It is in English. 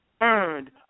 earned